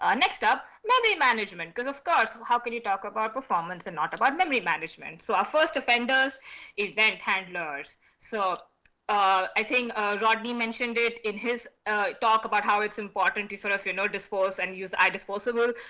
ah next up, memory management, because of course, how can you talk about performance and not about memory management so our first offenders event handlers. so i think rodney mentioned it in his talk about how it's important to sort of you know dispose and use i disposable.